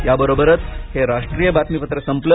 याबरोबरच हे राष्ट्रीय बातमीपत्र संपलं